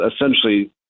essentially